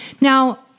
Now